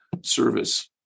service